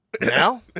now